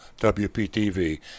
WPTV